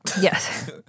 Yes